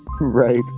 right